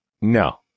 No